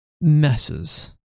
messes